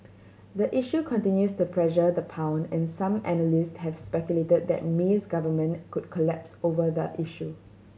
the issue continues to pressure the pound and some analysts have speculated that Mi's government could collapse over the issue